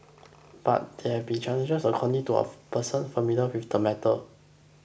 but there have been challenges according to a person familiar with the matter